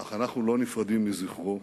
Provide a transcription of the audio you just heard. אך אנחנו לא נפרדים מזכרו.